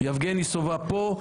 יבגני סובה פה,